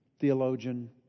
theologian